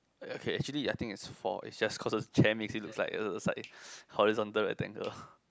okay actually I think it's four it's just cause of the chair makes it looks like like horizontal rectangle